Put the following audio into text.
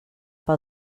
pel